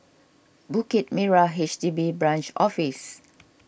Bukit Merah H D B Branch Office